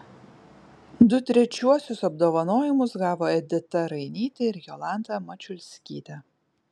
du trečiuosius apdovanojimus gavo edita rainytė su jolanta mačiulskyte